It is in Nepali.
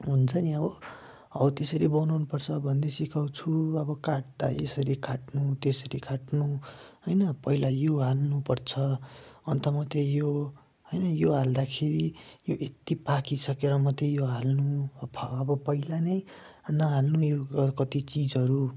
हुन्छ नि अब हौ त्यसरी बनाउनु पर्छ भन्दै सिकाउँछु अब काट्दा यसरी काट्नु त्यसरी काट्नु होइन पहिला यो हाल्नु पर्छ अन्त मात्रै यो होइन यो हाल्दाखेरि यो यत्ति पाकिसकेर मात्रै यो हाल्नु अब अब पहिला नै नहाल्नु यो कति चिजहरू